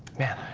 man,